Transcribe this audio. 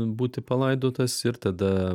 būti palaidotas ir tada